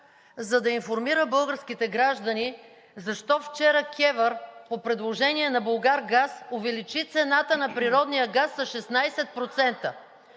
за да информира българските граждани защо вчера КЕВР по предложение на „Булгаргаз“ увеличи цената на природния газ с 16%?